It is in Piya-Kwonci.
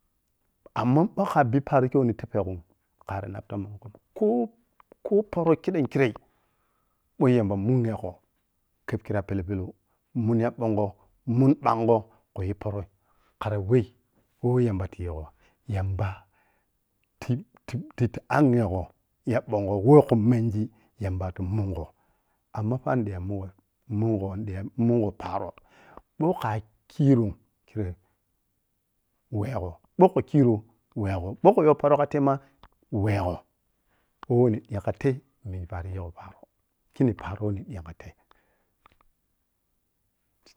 Amma bou kha bi paro kei weh ni tebpaghe khari nab tomon ko-o-ko-o poro kidam kirei bou yamba munyegho kheb khira pellou-pellou munya ɓongho, mun ɓangho khu yu paro, khara weh woh yamba ti yigti yamba ti-ti-ti-ti anye gho ya ɓongho woh khu menji yamba tu mungho amma fa nidiya munghe mungho ni diga mungho paro ɓou kha khirum kirei wehgho bou khu khirou wehgho, ɓou khu yow poro kha tei ma wehgo weh nidigi kha tei niyi paro yigho paro kei ni paro weh nigi kha tei